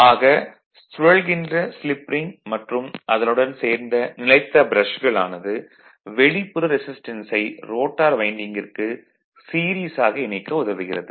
ஆக சூழல்கின்ற slip ring மற்றும் அதனுடன் சேர்ந்த நிலைத்த ப்ரஷ்கள் ஆனது வெளிப்புற ரெசிஸ்டன்ஸை ரோட்டார் வைண்டிங்கிற்கு சீரிஸ் ஆக இணைக்க உதவுகிறது